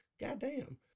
Goddamn